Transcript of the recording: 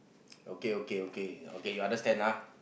okay okay okay okay you understand ah